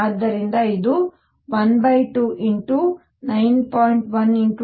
ಆದ್ದರಿಂದ ಇದು 129